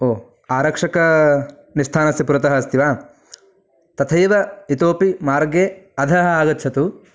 ओ आरक्षकनिस्थानस्य पुरतः अस्ति वा तथैव इतोऽपि मार्गे अधः आगच्छतु